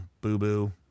boo-boo